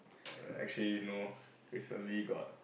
err actually no recently got